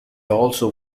also